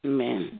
Amen